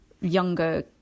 younger